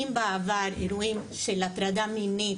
אם בעבר אירועים של הטרדה מינית,